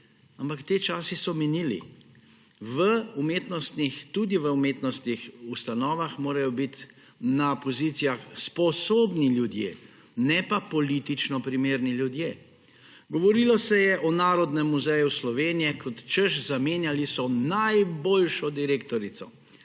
Ampak ti časi so minili. Tudi v umetnostnih ustanovah morajo biti na pozicijah sposobni ljudje, ne pa politično primerni ljudje. Govorilo se je o Narodnem muzeju Slovenije, kot češ zamenjali so najboljšo direktorico.